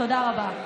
תודה רבה.